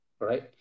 Right